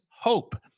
hope